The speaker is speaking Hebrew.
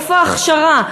איפה ההכשרה?